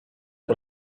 con